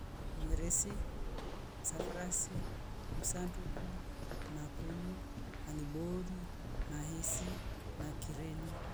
Mweresi, msafarasi, msanduku, makuyu, aniboi, mahesi, makiremi